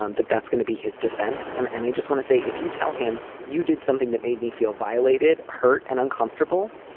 um that that's gonna be his defense. and and i just want to say, if you tell him you did something that made me feel violated, hurt and uncomfortable,